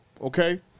Okay